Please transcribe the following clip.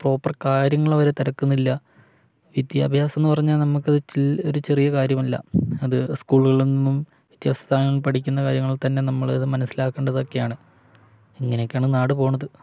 proper കാര്യങ്ങള് അവര് തിരക്കുന്നില്ല വിദ്യാഭ്യാസമെന്ന് പറഞ്ഞാല് നമുക്കത് ഒരു ചെറിയ കാര്യമല്ല അത് സ്കൂളുകളിൽ നിന്നും വിദ്യാഭ്യാസ സ്ഥാപനങ്ങളിലും പഠിക്കുന്ന കാര്യങ്ങള് തന്നെ നമ്മളത് മനസ്സിലാക്കേണ്ടതൊക്കെയാണ് ഇങ്ങനെയൊക്കെയാണ് നാട് പോകുന്നത്